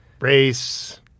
race